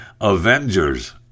Avengers